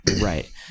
Right